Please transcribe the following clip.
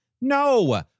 No